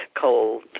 cold